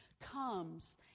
comes